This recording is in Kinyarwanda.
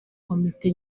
komite